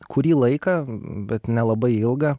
kurį laiką bet nelabai ilgą